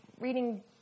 reading